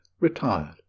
retired